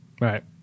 Right